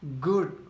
good